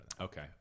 Okay